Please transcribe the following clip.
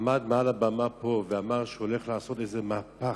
עמד על הבמה פה ואמר שהוא הולך לעשות איזה מהפך,